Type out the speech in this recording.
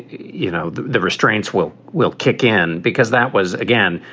you know, the restraints will will kick in because that was again,